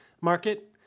market